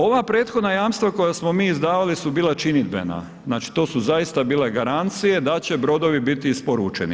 Ova prethodna jamstva koja smo mi izdavali su bila činidbena, znači to su zaista bila garancije da će brodovi biti isporučeni.